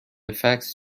فکس